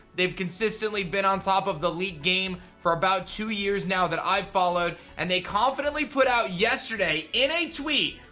they've consistently been on top of the leak game for about two years now that i've followed, and they confidently put out yesterday in a tweet,